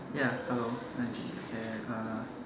ya hello Angie and uh